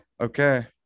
Okay